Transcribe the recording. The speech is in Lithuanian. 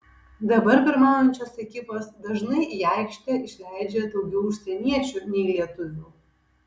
dabar pirmaujančios ekipos dažnai į aikštę išleidžia daugiau užsieniečių nei lietuvių